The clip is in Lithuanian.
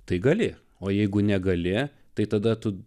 tai gali o jeigu negali tai tada tu